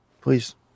please